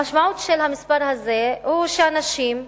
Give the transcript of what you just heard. המשמעות של המספר הזה היא שאנשים,